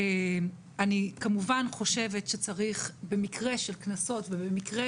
אני כמובן חושבת שצריך במקרה של קנסות ובמצב